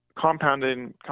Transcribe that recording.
compounding